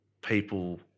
people